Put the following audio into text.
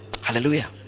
hallelujah